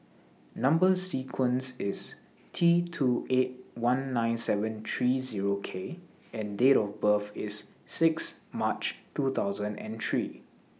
Number sequence IS T two eight one nine seven three Zero K and Date of birth IS six March two thousand and three